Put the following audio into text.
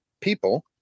people